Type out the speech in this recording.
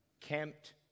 camped